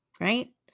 right